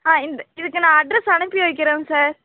ஆ இந்த இதுக்கு நான் அட்ரஸ்ஸு அனுப்பி வைக்கிறேன் சார்